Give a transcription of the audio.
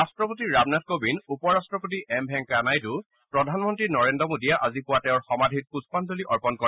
ৰাষ্ট্ৰপতি ৰামনাথ কোবিন্দ উপ ৰাষ্ট্ৰপতি এম ভেংকায়া নাইডু প্ৰধানমন্ত্ৰী নৰেন্দ্ৰ মোদীয়ে আজি পুৱা তেওঁৰ সমাধিত পূষ্পাঞ্জলি অৰ্পন কৰে